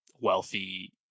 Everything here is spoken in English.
wealthy